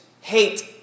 hate